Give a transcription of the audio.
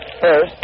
first